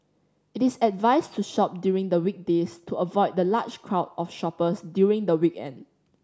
it is advised to shop during the weekdays to avoid the large crowd of shoppers during the weekend